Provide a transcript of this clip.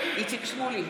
איציק שמולי,